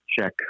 check